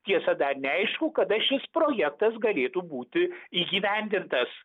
tiesa dar neaišku kada šis projektas galėtų būti įgyvendintas